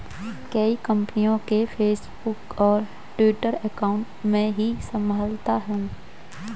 कई कंपनियों के फेसबुक और ट्विटर अकाउंट मैं ही संभालता हूं